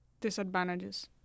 disadvantages